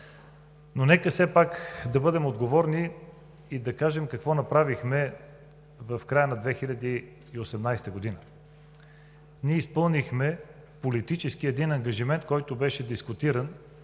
Нека все пак да бъдем отговорни и да кажем какво направихме в края на 2018 г. Ние изпълнихме един политически ангажимент, който беше дискутиран,